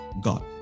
God